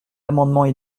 amendements